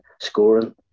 scoring